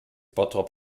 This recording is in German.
bottrop